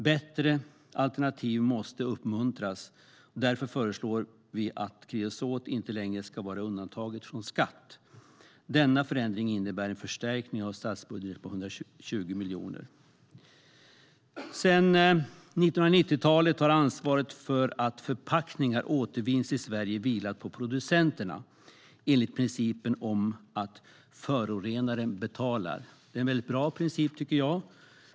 Bättre alternativ måste uppmuntras. Därför föreslår Kristdemokraterna att kreosot inte längre ska vara undantaget från skatt. Denna förändring innebär en förstärkning av statsbudgeten med 120 miljoner kronor. Sedan 1990-talet har ansvaret för att förpackningar återvinns i Sverige vilat på producenterna enligt principen om att förorenaren betalar. Det är en mycket bra princip.